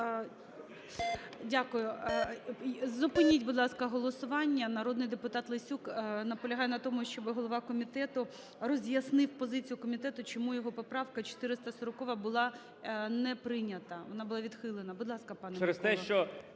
Дякую. Зупиніть, будь ласка, голосування. Народний депутат Лесюк наполягає на тому, щоб голова комітету роз'яснив позицію комітету, чому його поправка 440 була не прийнята, вона була відхилена? Будь ласка, пане